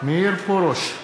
מאיר פרוש,